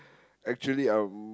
actually I'm